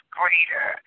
greater